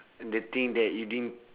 and the thing that you didn't